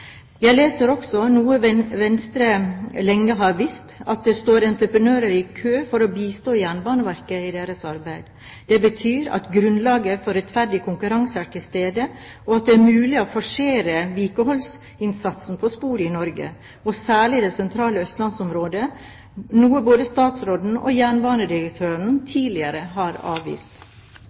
Jeg leser også, noe Venstre lenge har visst, at det står entreprenører i kø for å bistå Jernbaneverket i deres arbeid. Det betyr at grunnlaget for rettferdig konkurranse er til stede, og at det er mulig å forsere vedlikeholdsinnsatsen på sporet i Norge, og særlig i det sentrale østlandsområdet, noe både statsråden og jernbanedirektøren tidligere har avvist.